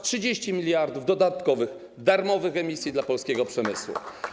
30 mld dodatkowych, darmowych emisji dla polskiego przemysłu.